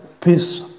peace